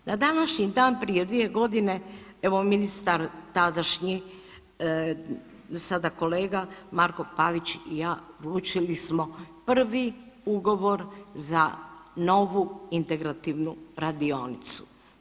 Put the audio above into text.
Na današnji dan prije 2 godine, evo ministar tadašnji, sada kolega Marko Pavić i ja odlučili smo prvi ugovor za novu integrativnu radionicu.